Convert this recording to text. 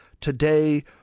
Today